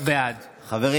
בעד נעמה לזימי,